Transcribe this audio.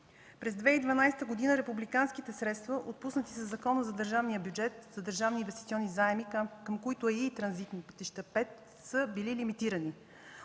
През 2012 г. републиканските средства, отпуснати със Закона за държавния бюджет за държавни инвестиционни заеми, към които е и „Транзитни пътища 5”, са били лимитирани.